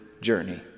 journey